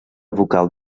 vocal